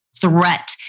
threat